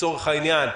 לצורך העניין,